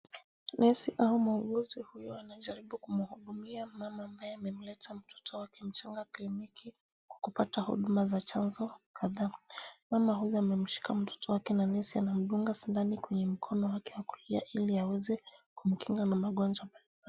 Nesi au muuguzi huyu anajaribu kumhudumia mama ambaye amemleta mtoto wake mchanga kliniki kupata huduma za chanjo kadhaa. Mama huyu amemshika mtoto wake na nesi amemdunga sindano kwenye mkono wake wa kulia ili aweze kumkingana na magonjwa mbalimbali.